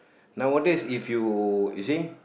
nowadays if you you see